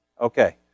Okay